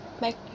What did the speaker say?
make